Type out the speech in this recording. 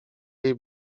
jej